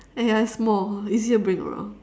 and ya it's small easier to bring around